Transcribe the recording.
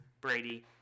Brady